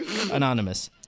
anonymous